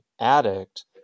addict